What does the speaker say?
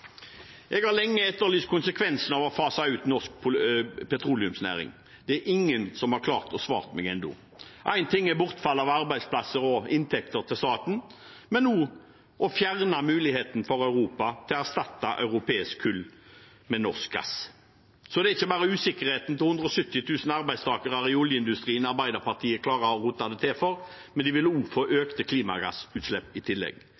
Jeg har lenge etterlyst konsekvensen av å fase ut norsk petroleumsnæring. Det er ingen som har klart å svare meg ennå. Én ting er bortfall av arbeidsplasser og inntekter til staten, men det er også å fjerne muligheten for Europa til å erstatte europeisk kull med norsk gass. Så det er ikke bare 170 000 arbeidstakere i oljeindustrien – og deres usikkerhet – Arbeiderpartiet klarer å rote det til for, en vil få økte klimagassutslipp i tillegg.